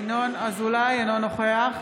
אזולאי, אינו נוכח